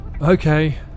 Okay